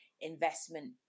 investment